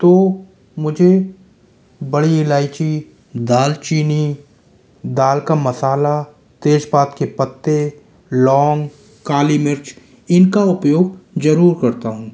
तो मुझे बड़ी इलाइची दाल चीनी दाल का मसाला तेजपात के पत्ते लौंग काली मिर्च इनका उपयोग ज़रूर करता हूँ